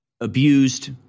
abused